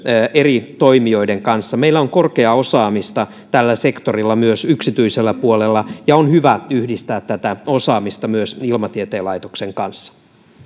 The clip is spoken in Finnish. eri toimijoiden kanssa meillä on korkeaa osaamista tällä sektorilla myös yksityisellä puolella ja on hyvä yhdistää tätä osaamista myös ilmatieteen laitoksen kanssa